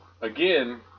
again